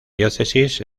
diócesis